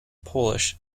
polish